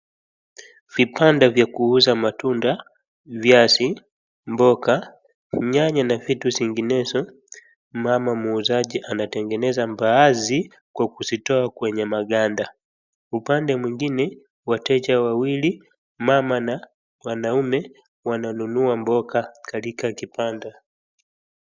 Vibanda vya kuuza matunda, viazi, mboga, nyanya na vitu zinginezo. Mama muuzaji anatengeneza mbaazi kwa kuzitoa kwenye maganda, upande mwingine ,wateja wawili, mama na wanaume wananunua mboga katika kibanda.